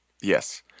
Yes